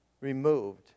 removed